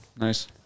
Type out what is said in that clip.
Nice